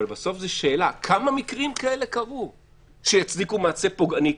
אבל בסוף זו שאלה: כמה מקרים כאלה קרו שהצדיקו מעשה פוגעני כזה?